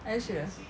are you serious